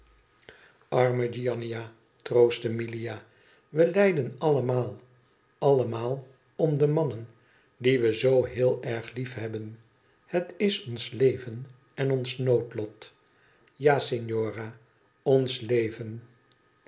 arme giannina troostte milia we lijden allemaal allemaal om de mannen die we zoo heel erg lief hebben het is ons leven en ons noodlot ja signora ons leven